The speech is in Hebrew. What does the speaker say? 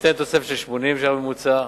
ניתנת תוספת של 80 שקל בממוצע.